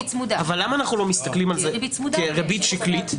למה אנחנו לא מסתכלים על זה כריבית שקלית?